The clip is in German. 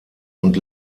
und